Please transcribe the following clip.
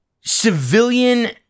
civilian